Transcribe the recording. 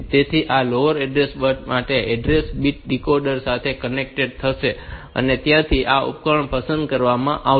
તેથી આ lower order માટે એડ્રેસ બિટ્સ ડીકોડર સાથે કનેક્ટ થશે અને ત્યાંથી આ ઉપકરણ પસંદ કરવામાં આવશે